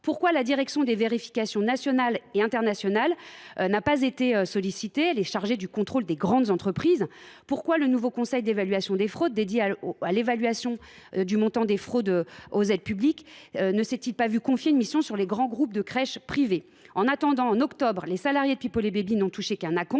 pourquoi la direction des vérifications nationales et internationales (DVNI), chargée du contrôle des grandes entreprises, n’a t elle pas été sollicitée ? Pourquoi le nouveau conseil d’évaluation des fraudes, dédié à l’évaluation du montant des fraudes aux aides publiques, ne s’est il pas vu confier une mission sur les grands groupes de crèches privés ? En attendant, en octobre, les salariés de People & Baby n’ont touché qu’un acompte